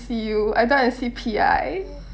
see you I don't want to see P_I